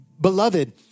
beloved